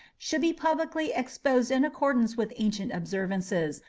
should be publicly exposed in accordance with ancient observances,